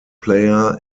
player